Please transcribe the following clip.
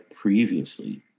previously